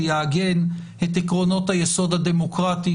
שיעגן את עקרונות היסוד הדמוקרטיים,